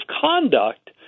conduct